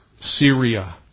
Syria